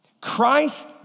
Christ